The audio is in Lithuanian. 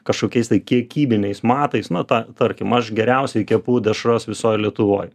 kažkokiais kiekybiniais matais na tą tarkim aš geriausiai kepu dešras visoj lietuvoj